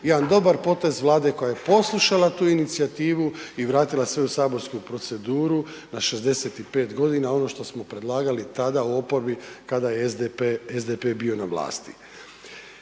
jedna dobar potez Vlade koja je poslušala tu inicijativu i vratila sve u saborsku proceduru na 65 g., ono što smo predlagali tada u oporbi, kada je SDP bio na vlasti.